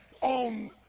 on